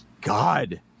God